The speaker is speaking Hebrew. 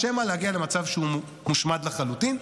או שמא להגיע למצב שהוא מושמד לחלוטין,